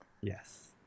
Yes